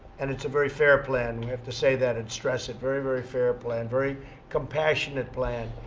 and it's a very fair plan. we have to say that and stress it. very, very fair plan. very compassionate plan.